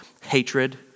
hatred